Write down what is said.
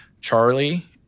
Charlie